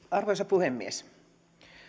arvoisa puhemies